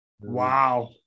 Wow